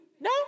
No